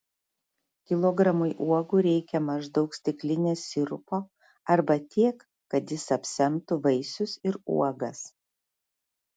kilogramui uogų reikia maždaug stiklinės sirupo arba tiek kad jis apsemtų vaisius ir uogas